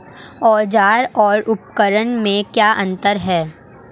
औज़ार और उपकरण में क्या अंतर है?